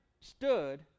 stood